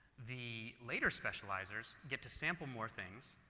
the later specializers get to sample more things,